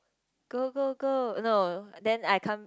go go go no then I come